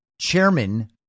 Chairman